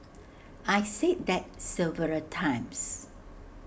I said that several times